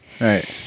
Right